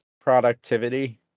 productivity